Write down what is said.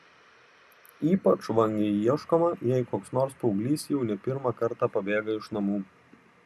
ypač vangiai ieškoma jei koks nors paauglys jau ne pirmą kartą pabėga iš namų